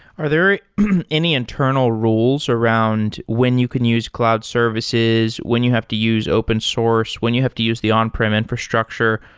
are there any internal rules around when you can use cloud services, when you have to use open source, when you have to use the on-prem infrastructure,